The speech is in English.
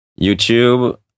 YouTube